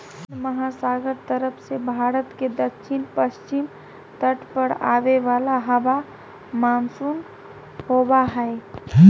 हिन्दमहासागर तरफ से भारत के दक्षिण पश्चिम तट पर आवे वाला हवा मानसून होबा हइ